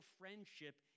friendship